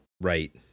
Right